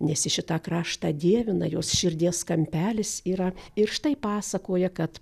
nes ji šitą kraštą dievina jos širdies kampelis yra ir štai pasakoja kad